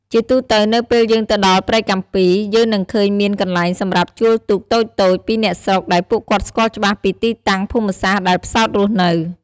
ជាទូទៅនៅពេលយើងទៅដល់ព្រែកកាំពី យើងនឹងឃើញមានកន្លែងសម្រាប់ជួលទូកតូចៗពីអ្នកស្រុកដែលពួកគាត់ស្គាល់ច្បាស់ពីទីតាំងភូមិសាស្រ្តដែលផ្សោតរស់នៅ ។